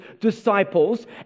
disciples